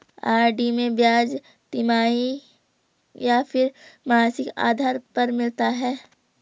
RD में ब्याज तिमाही या फिर मासिक आधार पर मिलता है?